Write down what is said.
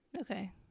okay